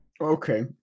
Okay